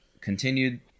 continued